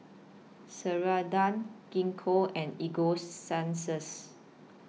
Ceradan Gingko and Ego Sunsense